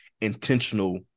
intentional